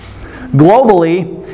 globally